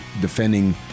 defending